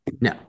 No